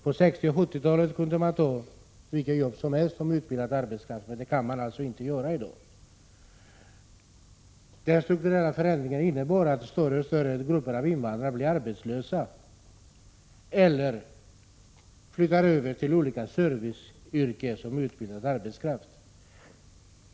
På 60 och 70-talet kunde man som utbildad arbetskraft ta vilka jobb som helst, men det kan man inte göra i dag. Den strukturella förändringen innebär att större och större grupper av invandrare blivit arbetslösa eller flyttat över till olika serviceyrken som outbildad arbetskraft.